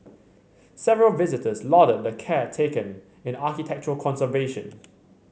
several visitors lauded the care taken in architectural conservation